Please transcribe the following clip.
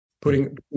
putting